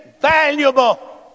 valuable